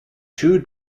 too